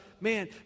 man